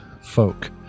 folk